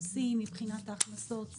שיא מבחינת ההכנסות,